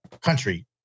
country